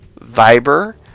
Viber